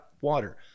water